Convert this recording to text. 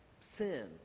sin